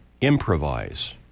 Improvise